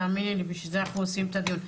תאמיני לי בשביל זה אנחנו עושים את הדיון.